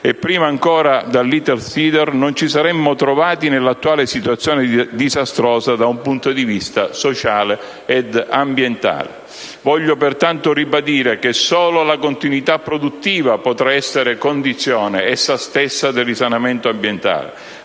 e prima ancora all'Italsider, non ci saremmo trovati nell'attuale situazione disastrosa da un punto di vista sociale e ambientale. Voglio pertanto ribadire che solo la continuità produttiva potrà essere condizione essa stessa del risanamento ambientale.